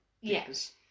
yes